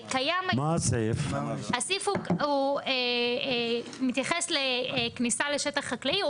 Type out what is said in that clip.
הסעיף מתייחס לכניסה לשטח חקלאי.